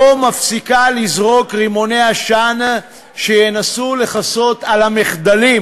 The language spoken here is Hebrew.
לא מפסיקה לזרוק רימוני עשן שינסו לכסות על המחדלים